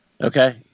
Okay